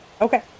Okay